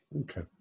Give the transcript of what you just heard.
Okay